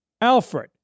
Alfred